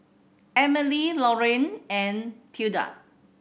Emily Lorrayne and Tilda